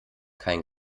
kein